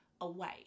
away